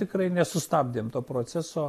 tikrai nesustabdėm to proceso